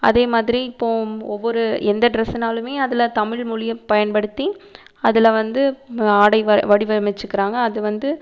அதே மாதிரி இப்போ ஒவ்வொரு எந்த டிரெஸ்ஸுனாலும் அதில் தமிழ்மொழியை பயன்படுத்தி அதில் வந்து ஆடை வடிவமைச்சிக்கிறாங்க அது வந்து